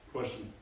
Question